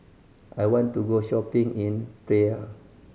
I want to go shopping in Praia